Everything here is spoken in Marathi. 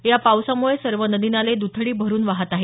या पावसामुळे सर्व नदीनाले द्थडी भरून वाहत आहेत